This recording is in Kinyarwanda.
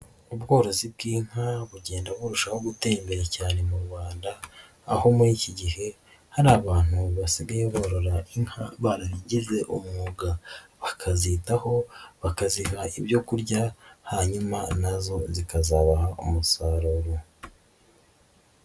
Ubworozi bw'inka bugenda burushaho gutera imbere cyane mu Rwanda aho muri iki gihe hari abantu basigaye borora inka barabigize umwuga bakazitaho bakaziha ibyo kurya hanyuma na zo zikazabaha umusaruro.